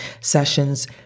sessions